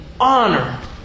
honor